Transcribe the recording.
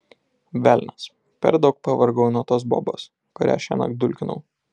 velnias per daug pavargau nuo tos bobos kurią šiąnakt dulkinau